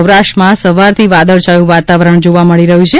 સૌરાષ્ટ્રમાં સવારથી વાદળછાયુ વાતાવરણ જોવા મળી રહ્યું છે